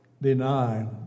deny